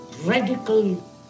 radical